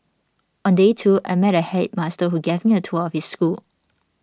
on day two I met a headmaster who gave me a tour of his school